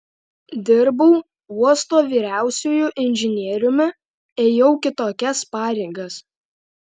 dirbau uosto vyriausiuoju inžinieriumi ėjau kitokias pareigas